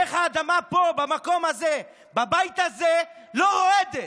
איך האדמה פה, במקום הזה, בבית הזה, לא רועדת?